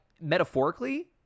metaphorically